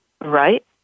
right